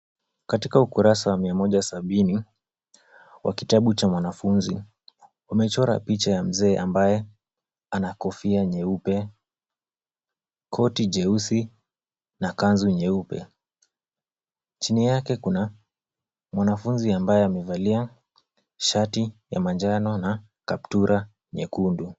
Katika wa mia moja sabini wa kitabu cha mwanafunzi, wamechora picha ya mzee ambaye ana kofia nyeupe, koti jeusi na kanzu nyeupe. Chini yake kuna mwanafunzi ambaye amevalia shati ya manjano na kaptura nyekundu.